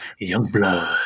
Youngblood